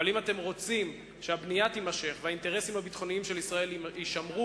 אבל אם אתם רוצים שהבנייה תימשך והאינטרסים הביטחוניים של ישראל יישמרו,